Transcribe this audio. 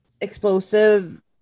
explosive